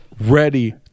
ready